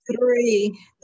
Three